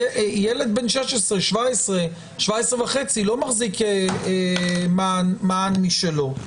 ילד בין 16, 17, 17.5, לא מחזיק מען משלו.